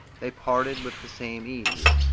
they parted with the same ease.